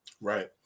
right